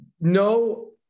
no